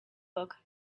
book